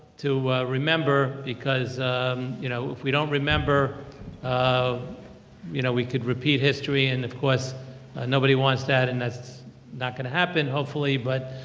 to remember because you know if we don't remember um you know we could repeat history and of course nobody wants that and that's not going to happen hopefully. but,